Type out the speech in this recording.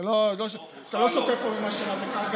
אתה לא סוטה פה ממה שאמרת, לא, ממך לא.